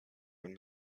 from